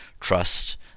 trust